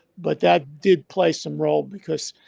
but that did play some role because,